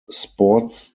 sports